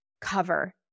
cover